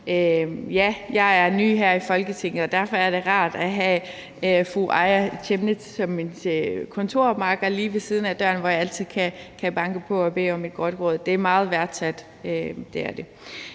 Ja, jeg er ny her i Folketinget, og derfor er det rart at have fru Aaja Chemnitz som min kontormakker lige ved siden af, hvor jeg altid kan banke på døren og bede om et godt råd. Det er meget værdsat